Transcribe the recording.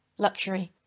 luxury,